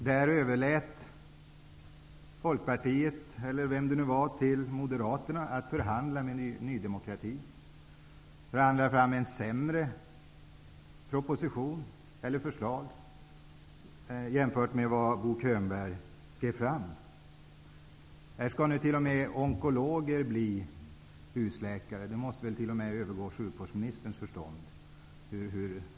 Där överlät Folkpartiet till Moderaterna att med Ny demokrati förhandla fram ett sämre förslag än det onkologer bli husläkare -- hur det skall gå till och vad som är finessen med det måste väl övergå t.o.m. sjukvårdsministerns förstånd.